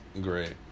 great